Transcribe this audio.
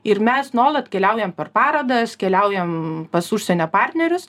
ir mes nuolat keliaujam per parodas keliaujam pas užsienio partnerius